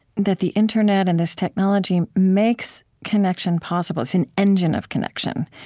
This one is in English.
that the internet and this technology makes connection possible. it's an engine of connection,